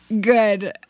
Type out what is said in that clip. Good